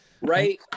Right